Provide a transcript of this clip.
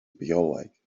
bioleg